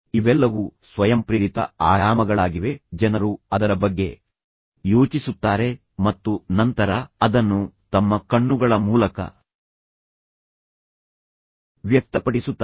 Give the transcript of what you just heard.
ಇವೆಲ್ಲವೂ ಸ್ವಯಂಪ್ರೇರಿತ ಆಯಾಮಗಳಾಗಿವೆ ಜನರು ಅದರ ಬಗ್ಗೆ ಯೋಚಿಸುತ್ತಾರೆ ಮತ್ತು ನಂತರ ಅದನ್ನು ತಮ್ಮ ಕಣ್ಣುಗಳ ಮೂಲಕ ವ್ಯಕ್ತಪಡಿಸುತ್ತಾರೆ